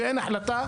ואין החלטה,